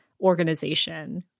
organization